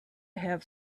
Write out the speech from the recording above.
have